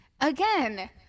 again